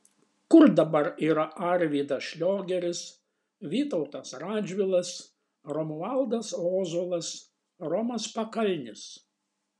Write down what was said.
kur dabar yra arvydas šliogeris vytautas radžvilas romualdas ozolas romas pakalnis